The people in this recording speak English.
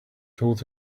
told